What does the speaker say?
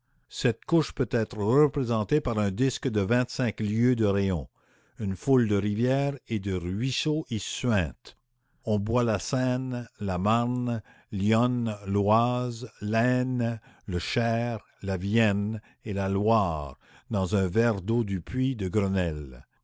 cette couche peut être représentée par un disque de vingt-cinq lieues de rayon une foule de rivières et de ruisseaux y suintent on boit la seine la marne l'yonne l'oise l'aisne le cher la vienne et la loire dans un verre d'eau du puits de grenelle